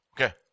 Okay